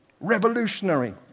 revolutionary